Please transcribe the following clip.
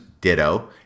ditto